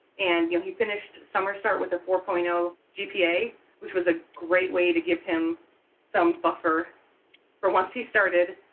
and, you know, he finished summer start with a four point zero gpa which was a great way to give him some buffer for once he started,